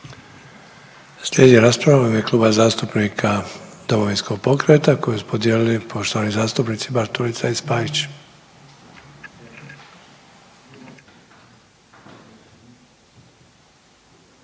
Slijedi rasprava u ime Kluba zastupnika Domovinskog pokreta, koju su podijeli poštovani zastupnici Bartulica i Spajić.